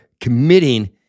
committing